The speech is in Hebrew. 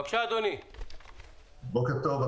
בוקר טוב,